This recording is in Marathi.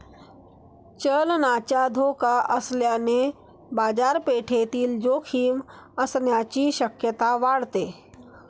चलनाचा धोका असल्याने बाजारपेठेतील जोखीम असण्याची शक्यता वाढते